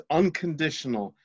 unconditional